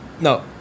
no